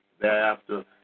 Thereafter